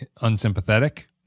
unsympathetic